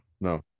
No